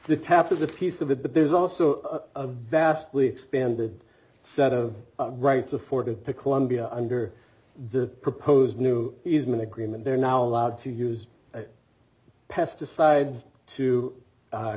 the tap is a piece of it but there's also a vastly expanded set of rights afforded to colombia under the proposed new easement agreement they're now allowed to use pesticides to